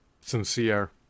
sincere